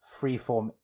freeform